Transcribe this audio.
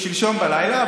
שלשום בלילה,